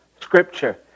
scripture